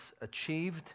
achieved